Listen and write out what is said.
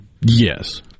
Yes